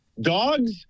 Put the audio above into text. Dogs